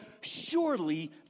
surely